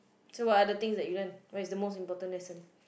so what other thing that you learn what is the most important lesson